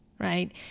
Right